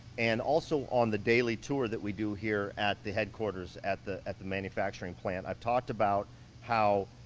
and also on the daily tour that we do here at the headquarters at the at the manufacturing plant. i've talked about how